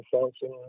function